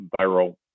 viral